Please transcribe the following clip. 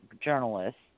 journalists